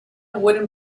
wooden